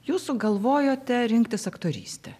jūs sugalvojote rinktis aktorystę